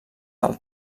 del